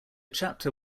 chapter